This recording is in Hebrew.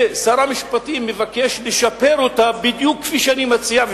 ששר המשפטים מבקש לשפר אותה בדיוק כפי שאני מציע,